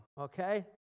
okay